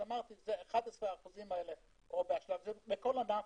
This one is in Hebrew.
אז אמרתי - זה 11% האלה בכל ענף,